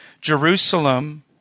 Jerusalem